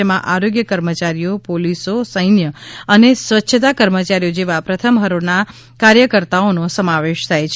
જેમાં આરોગ્ય કર્મચારીઓ પોલીસો સૈન્ય અને સ્વચ્છતા કર્મચારીઓ જેવા પ્રથમ હરોળના કાર્યકર્તાઓનો સમાવેશ થાય છે